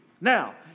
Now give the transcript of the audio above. Now